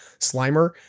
Slimer